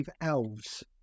elves